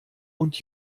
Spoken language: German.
und